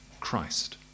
Christ